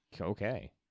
Okay